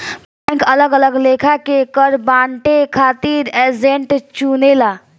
bank अलग अलग लेखा के कर बांटे खातिर एजेंट चुनेला